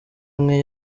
amwe